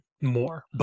more